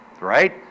Right